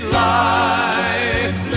life